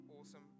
awesome